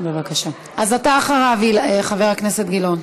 אז אתה אחריו, חבר הכנסת גילאון.